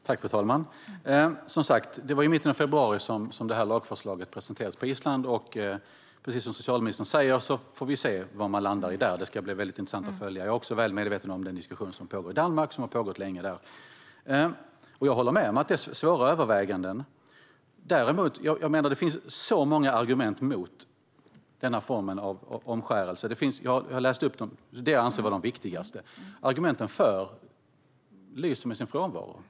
Fru talman! Det var i mitten av februari som lagförslaget presenterades på Island. Precis som socialministern säger får vi se vad man landar i där. Det ska bli mycket intressant att följa frågan. Jag är också väl medveten om den diskussion som pågår, och har pågått länge, i Danmark. Jag håller med om att det är fråga om svåra överväganden. Det finns så många argument emot denna form av omskärelse. Jag har läst upp de jag anser vara viktigast. Men argumenten för lyser med sin frånvaro.